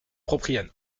propriano